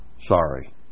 Sorry